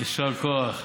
יישר כוח.